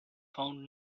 found